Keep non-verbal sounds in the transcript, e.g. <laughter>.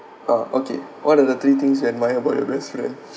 ah okay what are the three things you admire about your best friend <laughs>